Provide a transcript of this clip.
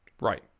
Right